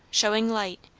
showing light,